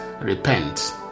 Repent